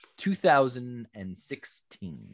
2016